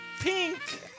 pink